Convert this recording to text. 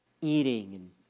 eating